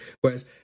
Whereas